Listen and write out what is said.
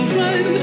run